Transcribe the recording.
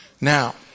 now